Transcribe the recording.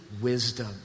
wisdom